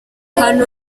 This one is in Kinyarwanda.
hano